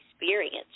experience